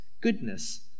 goodness